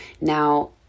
Now